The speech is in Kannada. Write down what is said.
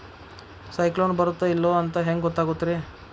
ಸೈಕ್ಲೋನ ಬರುತ್ತ ಇಲ್ಲೋ ಅಂತ ಹೆಂಗ್ ಗೊತ್ತಾಗುತ್ತ ರೇ?